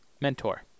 Mentor